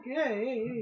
Okay